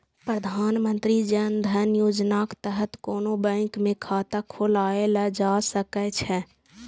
प्रधानमंत्री जन धन योजनाक तहत कोनो बैंक मे खाता खोलाएल जा सकै छै